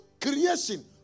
creation